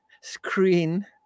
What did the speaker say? screen